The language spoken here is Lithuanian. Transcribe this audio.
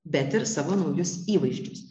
bet ir savo naujus įvaizdžius